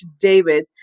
David